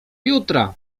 jutra